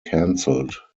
cancelled